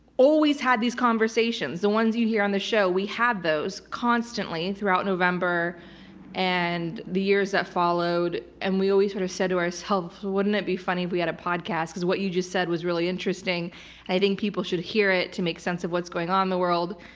always had these conversations, the ones you hear on the show. we had those constantly throughout november and the years that followed, and we always sort of said to ourselves, wouldn't it be funny if we had a podcast, because what you just said was really interesting, and i think people should hear it to make sense of what's going on the world.